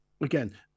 Again